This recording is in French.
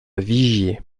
vigier